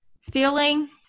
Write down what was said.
feeling